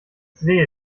sehe